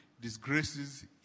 disgraces